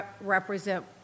represent